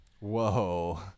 Whoa